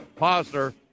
Posner